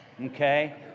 okay